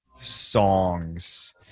songs –